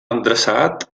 endreçat